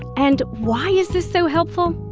and why is this so helpful?